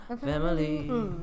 family